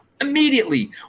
Immediately